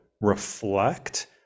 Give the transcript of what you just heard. reflect